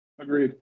Agreed